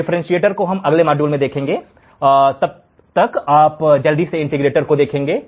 differentiator को हम अगले मॉड्यूल में देखेंगे तब तक आप जल्दी से इंटीग्रेटर को देखेंगे